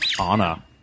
Anna